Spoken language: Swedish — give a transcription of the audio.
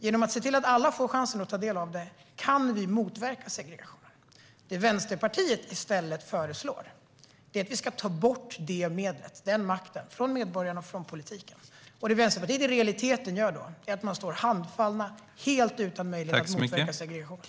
Genom att se till att alla får chansen att ta del av det kan vi motverka segregationen. Det Vänsterpartiet i stället föreslår är att vi ska ta bort det medlet, den makten, från medborgarna och från politiken. Det Vänsterpartiet i realiteten gör är att stå handfallet helt utan möjlighet att motverka segregation.